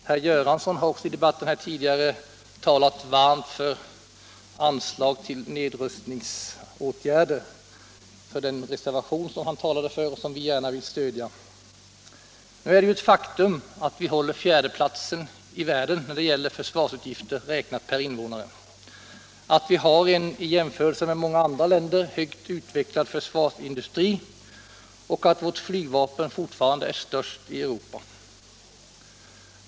Herr Göransson har också i debatten här tidigare talat varmt för anslag till nedrustningsåtgärder, när han pläderade för den reservation i ärendet som vi gärna vill stödja. Nu är det ett faktum att vi håller fjärdeplatsen i världen när det gäller försvarsutgifter räknat per invånare, att vi har en i jämförelse med många andra länder högt utvecklad försvarsindustri och att vårt flygvapen fortfarande är störst i Europa.